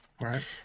right